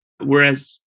Whereas